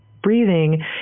breathing